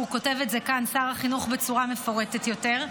ופה שר החינוך כותב את זה בצורה מפורטת יותר,